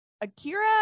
Akira